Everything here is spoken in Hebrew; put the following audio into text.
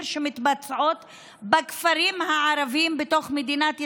שמתבצעות בכפרים הערביים בתוך מדינת ישראל.